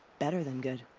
better than good.